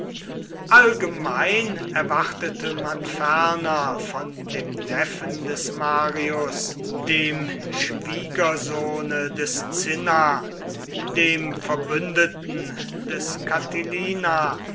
allgemein erwartete man ferner von dem neffen des marius dem schwiegersöhne des cinna dem verbündeten des